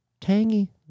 Tangy